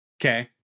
Okay